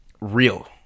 real